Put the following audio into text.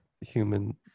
human